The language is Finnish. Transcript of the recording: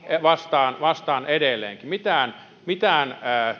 vastaan vastaan edelleenkin mitään mitään